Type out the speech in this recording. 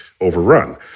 overrun